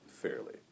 fairly